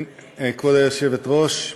כבוד היושבת-ראש,